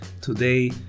today